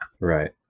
Right